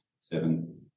seven